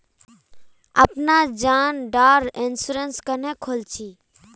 अपना जान डार इंश्योरेंस क्नेहे खोल छी?